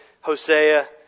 Hosea